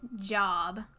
job